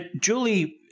Julie